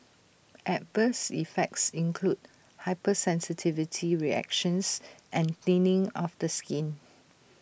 adverse effects include hypersensitivity reactions and thinning of the skin